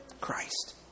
Christ